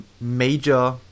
major